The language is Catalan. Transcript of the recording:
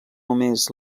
només